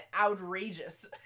outrageous